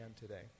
today